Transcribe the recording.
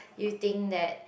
you think that